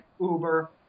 Uber